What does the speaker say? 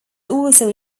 also